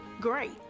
great